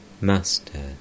Master